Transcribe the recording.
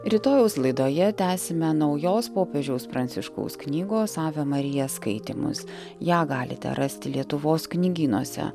rytojaus laidoje tęsime naujos popiežiaus pranciškaus knygos ave marija skaitymus ją galite rasti lietuvos knygynuose